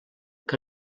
que